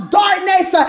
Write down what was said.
darkness